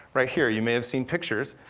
right here, you may have seen pictures,